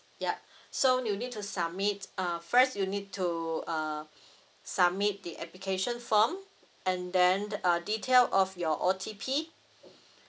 yup so you need to submit uh first you need to uh submit the application form and then uh detail of your O_T_P